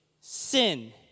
Sin